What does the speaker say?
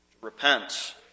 repent